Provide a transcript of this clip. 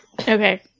Okay